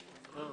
בבקשה, אסף.